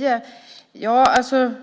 har föreslagit.